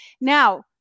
Now